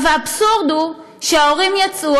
האבסורד הוא שההורים יצאו,